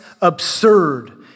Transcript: absurd